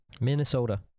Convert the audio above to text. Minnesota